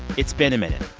it's been a minute.